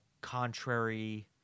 contrary